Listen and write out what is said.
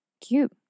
Cute